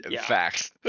Facts